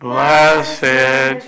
Blessed